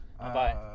Bye